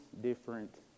different